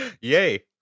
Yay